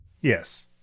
Yes